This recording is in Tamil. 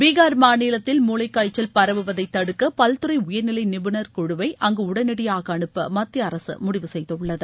பீகார் மாநிலத்தில் மூளைக்காய்ச்சல் பரவுவதை தடுக்க பல்துறை உயர்நிலை நிபுணர் குழுவை அங்கு உடனடியாக அனுப்ப மத்திய அரசு முடிவு செய்துள்ளது